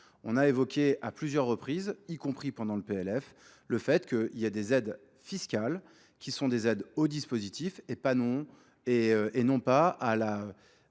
On a évoqué à plusieurs reprises, y compris pendant le PLF, le fait qu'il y ait des aides fiscales qui sont des aides au dispositif et non pas à la